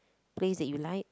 place that you like